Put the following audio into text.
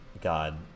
god